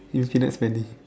infinite spending